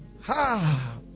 Ha